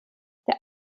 der